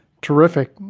Terrific